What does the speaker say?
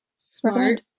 smart